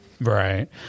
Right